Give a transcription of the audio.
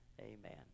Amen